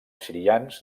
sirians